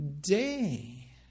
day